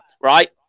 right